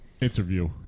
interview